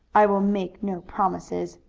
i will make no promises,